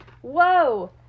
Whoa